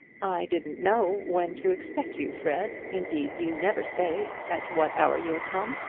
i didn't know when to expect you, fred. indeed, you never say at what hour you'll come.